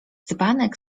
dzbanek